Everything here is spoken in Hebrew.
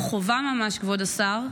כבוד השר,